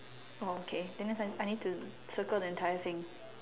oh okay that means I I need to circle the entire thing